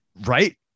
Right